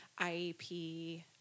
IEP